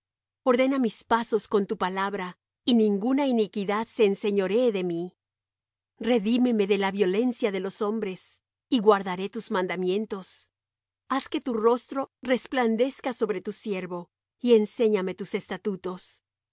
ordena mis pasos con tu palabra y ninguna iniquidad se enseñoree de mí redímeme de la violencia de los hombres y guardaré tus mandamientos haz que tu rostro resplandezca sobre tu